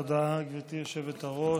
תודה, גברתי היושבת-ראש.